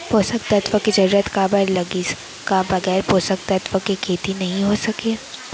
पोसक तत्व के जरूरत काबर लगिस, का बगैर पोसक तत्व के खेती नही हो सके?